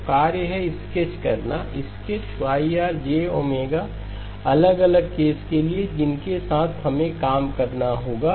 तो कार्य है स्केच करना स्केच Y r jΩ¿ अलग अलग केस के लिए जिनके साथ हमें काम करना होगा